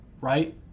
right